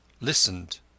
listened—